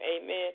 Amen